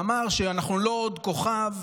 שאמר שאנחנו לא עוד כוכב,